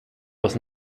was